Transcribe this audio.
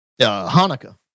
Hanukkah